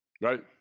Right